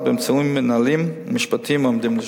אמצעים מינהליים ומשפטיים העומדים לרשותו.